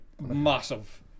massive